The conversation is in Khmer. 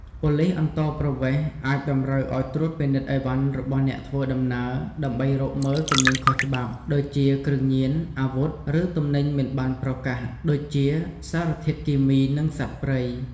ប៉ូលិសអន្តោប្រវេសន៍ អាចតម្រូវឱ្យត្រួតពិនិត្យឥវ៉ាន់របស់អ្នកធ្វើដំណើរ ដើម្បីរកមើលទំនិញខុសច្បាប់ ដូចជា គ្រឿងញៀន អាវុធ ឬទំនិញមិនបានប្រកាស ដូចជា សារធាតុគីមី និងសត្វព្រៃ។